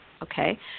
Okay